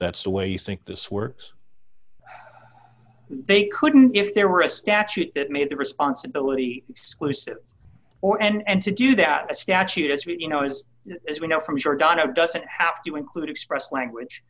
that's the way you think this works they couldn't if there were a statute that made the responsibility exclusive or and to do that the statute as you know has as we know from giordano doesn't have to include express language